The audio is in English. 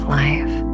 life